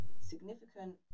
significant